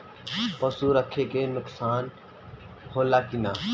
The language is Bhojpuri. पशु रखे मे नुकसान होला कि न?